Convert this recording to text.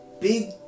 big